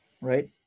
right